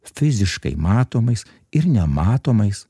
fiziškai matomais ir nematomais